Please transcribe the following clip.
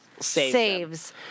saves